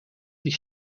die